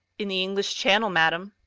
in the english channel, madam.